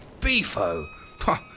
Beefo